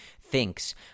thinks